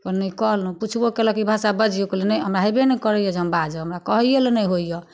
नहि कहलहुँ पुछबो केलक ई भाषा बाजिऔ कहलिए नहि हमरा हेबे नहि करैए जे हम बाजब हमरा कहैएलए नहि होइए